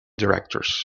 directors